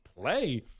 play